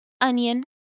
Onion